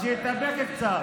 אז שיתאפק קצת.